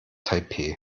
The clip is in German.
taipeh